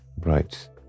Right